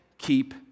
Keep